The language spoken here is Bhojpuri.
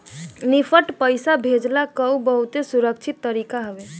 निफ्ट पईसा भेजला कअ बहुते सुरक्षित तरीका हवे